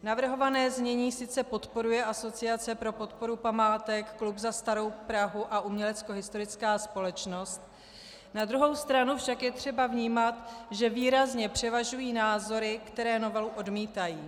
Navrhované znění sice podporuje Asociace pro podporu památek, Klub za starou Prahu a Uměleckohistorická společnost, na druhou stranu však je třeba vnímat, že výrazně převažují názory, které novelu odmítají.